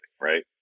right